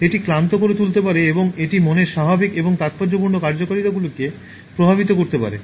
এটি ক্লান্ত করে তুলতে পারে এবং এটি মনের স্বাভাবিক এবং তাত্পর্যপূর্ণ কার্যকারিতাগুলিকে প্রভাবিত করতে পারে